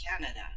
Canada